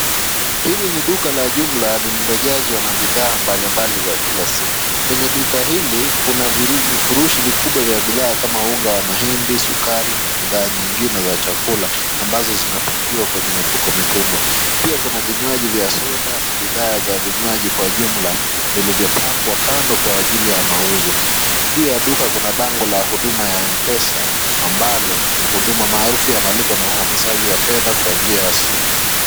Hili ni duka la jumla lililojazwa na bidhaa mbali mbali za kila siku. Kwenye duka hili kuna viru vifurushi vikubwa via bidhaa kama unga wa mahidi, sukari na bidhaa nyingine za chakula ambazo zimepakiwa kwenye mifuko mikubwa. Pia kuna vinywaji vya soda na bidhaa za vinywaji kwa jumla vilivyo pangwa kando kwa ajili ya mauzo. Juu ya duka kuna bango la huduma ya Mpesa ambalo ni huduma maarufu ya malipo na uhamishaji wa fedha kwa njia ya simu.